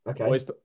Okay